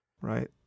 right